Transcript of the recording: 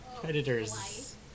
Predators